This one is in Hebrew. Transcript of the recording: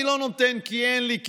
אני לא נותן כי אין לי,